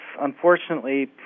unfortunately